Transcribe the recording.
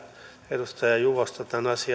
edustaja juvosta